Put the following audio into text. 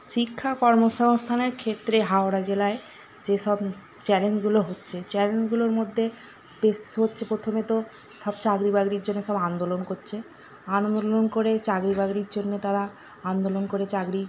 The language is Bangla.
শিক্ষা কর্মসংস্থানের ক্ষেত্রে হাওড়া জেলায় যেসব চ্যালেঞ্জগুলো হচ্ছে চ্যালেঞ্জগুলোর মধ্যে পেশ হচ্ছে প্রথমে তো সব চাকরিবাকরির জন্যে সব আন্দোলন করছে আন্দোলন করে চাকরিবাকরির জন্যে তারা আন্দোলন করে চাকরি